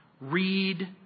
read